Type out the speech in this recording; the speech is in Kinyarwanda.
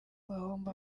bahomba